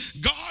God